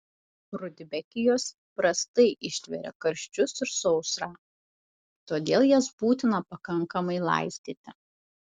rudbekijos prastai ištveria karščius ir sausrą todėl jas būtina pakankamai laistyti